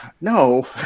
no